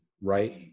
right